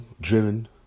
driven